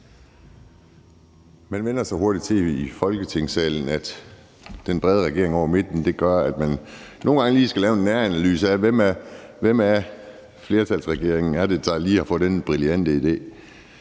Man vænner sig i Folketingssalen hurtigt til, at den brede regering over midten gør, at man nogle gange lige skal lave en næranalyse af, hvem i flertalsregering det er, der lige har fået den brillante idé.